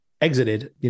exited